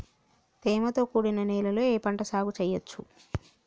తేమతో కూడిన నేలలో ఏ పంట సాగు చేయచ్చు?